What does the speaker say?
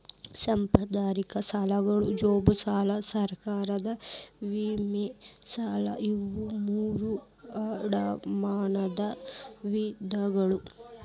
ಸಾಂಪ್ರದಾಯಿಕ ಸಾಲ ಜಂಬೂ ಸಾಲಾ ಸರ್ಕಾರದ ವಿಮೆ ಸಾಲಾ ಇವು ಮೂರೂ ಅಡಮಾನದ ವಿಧಗಳು